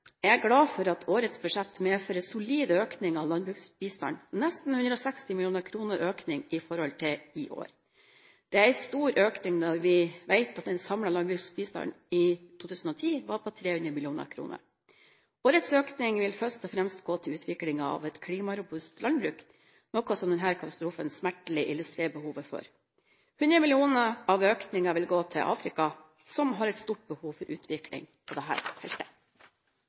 Jeg er glad for at årets budsjett medfører en solid økning av landbruksbistanden – nesten 160 mill. kr økning i forhold til i år. Dette er en stor økning når vi vet at den samlede landbruksbistanden i 2010 var på 300 mill. kr. Årets økning vil først og fremst gå til utviklingen av et klimarobust landbruk, noe denne katastrofen smertelig illustrerer behovet for. 100 mill. kr av økningen vil gå til Afrika, som har et stort behov for utvikling på dette feltet.